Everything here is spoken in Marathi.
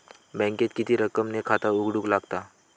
बँकेत किती रक्कम ने खाता उघडूक लागता?